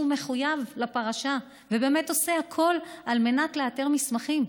מחויב לפרשה ובאמת עושה הכול לאתר מסמכים.